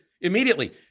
immediately